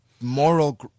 moral